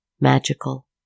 magical